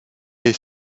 est